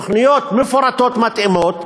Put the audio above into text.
תוכניות מפורטות מתאימות,